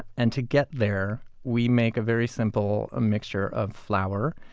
and to get there, we make a very simple ah mixture of flour,